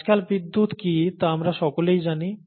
আজকাল বিদ্যুৎ কী তা আমরা সকলেই জানি